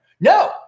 No